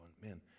man